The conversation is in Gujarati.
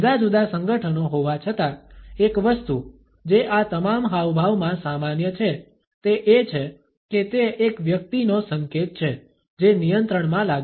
જુદા જુદા સંગઠનો હોવા છતાં એક વસ્તુ જે આ તમામ હાવભાવમાં સામાન્ય છે તે એ છે કે તે એક વ્યક્તિનો સંકેત છે જે નિયંત્રણમાં લાગે છે